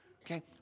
Okay